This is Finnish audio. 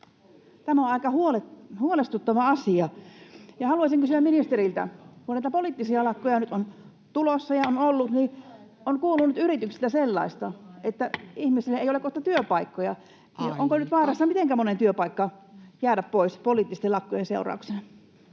Tämä on aika huolestuttava asia, ja haluaisin kysyä ministeriltä, kun näitä poliittisia lakkoja nyt on tulossa ja on ollut ja on kuulunut yrityksistä sellaista, että ihmisillä ei ole kohta työpaikkoja: onko [Puhemies: Aika!] nyt vaarassa mitenkä monen työpaikka jäädä pois poliittisten lakkojen seurauksena?